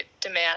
demand